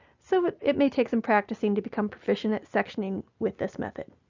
so it may take some practicing to become proficient at sectioning with this method.